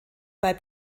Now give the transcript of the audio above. bei